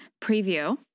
Preview